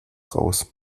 raus